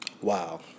Wow